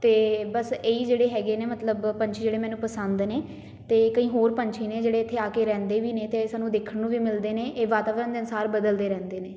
ਅਤੇ ਬਸ ਇਹ ਹੀ ਜਿਹੜੇ ਹੈਗੇ ਨੇ ਮਤਲਬ ਪੰਛੀ ਜਿਹੜੇ ਮੈਨੂੰ ਪਸੰਦ ਨੇ ਅਤੇ ਕਈ ਹੋਰ ਪੰਛੀ ਨੇ ਜਿਹੜੇ ਇੱਥੇ ਆ ਕੇ ਰਹਿੰਦੇ ਵੀ ਨੇ ਅਤੇ ਸਾਨੂੰ ਦੇਖਣ ਨੂੰ ਵੀ ਮਿਲਦੇ ਨੇ ਇਹ ਵਾਤਾਵਰਨ ਦੇ ਅਨੁਸਾਰ ਬਦਲਦੇ ਰਹਿੰਦੇ ਨੇ